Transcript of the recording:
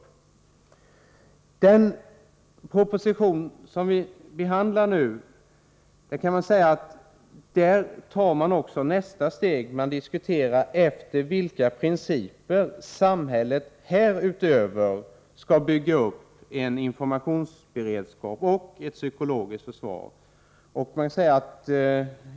I den proposition som vi nu behandlar tar man också nästa steg. Man diskuterar efter vilka principer samhället härutöver skall bygga upp en informationsberedskap och ett psykologiskt försvar.